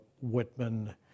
Whitman